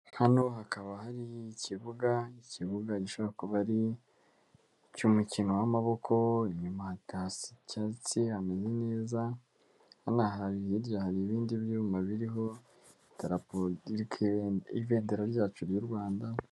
Hano hakaba hari ikibuga. Ikibuga gishobora kuba ari icy'umukino w'amaboko, Inyum hatasi icyatsi ha ameza neza hono hirya hari ibindi byuma biriho idarapo ibendera ryacu ry'u Rwanda.